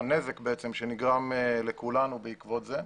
את הנזק שנגרם לכולנו בעקבות זה.